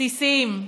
בסיסיים.